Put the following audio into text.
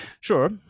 Sure